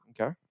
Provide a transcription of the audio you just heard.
Okay